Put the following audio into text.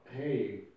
hey